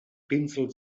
pinsel